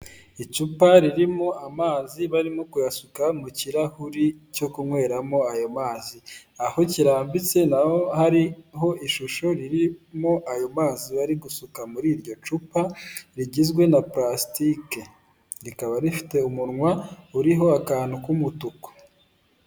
Icupa ririmo amazi barimo kuyasuka mu kirahuri cyo kunyweramo ayo mazi, aho kirambitse naho hariho ririmo ayo mazi bari gusuka muri iryo cupa, rigizwe na purasitike, rikaba rifite umunwa uriho akantu k'umutuku.